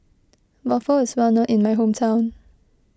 Waffle is well known in my hometown